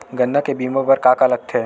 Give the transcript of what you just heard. गन्ना के बीमा बर का का लगथे?